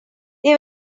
they